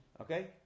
Okay